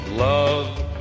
Love